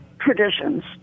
traditions